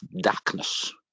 darkness